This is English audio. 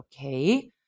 okay